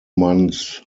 months